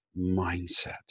mindset